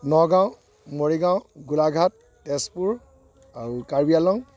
নগাঁও মৰিগাঁও গোলাঘাট তেজপুৰ আৰু কাৰ্বি আংলং